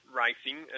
racing